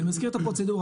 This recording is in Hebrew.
אני מזכיר את הפרוצדורה,